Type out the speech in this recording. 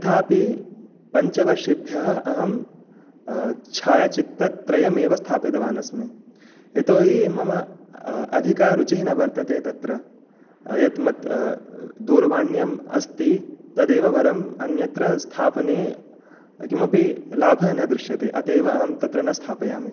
तथापि पञ्चवर्षेभ्यः अहं छायाचित्रत्रयमेव स्थापितवान् अस्मि यतो हि मम अधिका रुचिः न वर्तते तत्र अयत्मत् दूरवाण्याम् अस्ति तदेव वरम् अन्यत्र स्थापने किमपि लाभः न दृश्यते अत एव अहं तत्र न स्थापयामि